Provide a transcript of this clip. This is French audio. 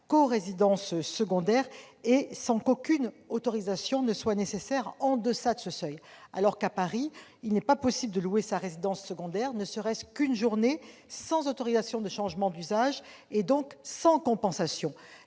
résidences secondaires, sans qu'aucune autorisation soit nécessaire en deçà de ce seuil. À Paris, il n'est pas possible de louer sa résidence secondaire, ne serait-ce qu'une journée, sans autorisation de changement d'usage, donc sans compensation.